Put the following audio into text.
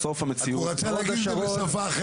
בסוף המציאות יותר מורכבת.